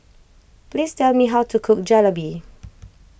please tell me how to cook Jalebi